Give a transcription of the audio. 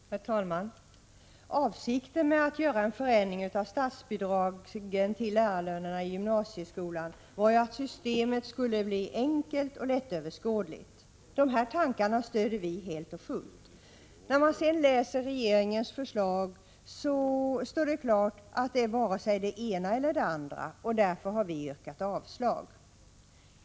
Herr talman! Avsikten med att göra en förändring av statsbidragen till lärarlönerna i gymnasieskolan var ju att systemet skulle bli enkelt och lättöverskådligt. Dessa tankar stödjer vi helt och fullt. När man sedan läser regeringens förslag står det klart att det är varken det ena eller det andra, och därför har vi yrkat avslag.